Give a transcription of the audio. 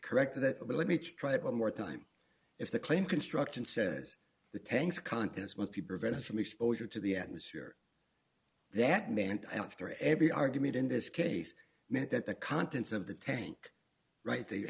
correct it let me try it one more time if the claim construction says the tanks contents were p prevented from exposure to the atmosphere that man every argument in this case meant that the contents of the tank right the